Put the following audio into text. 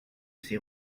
ses